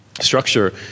structure